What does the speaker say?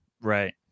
Right